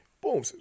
Boom